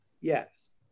Yes